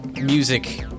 music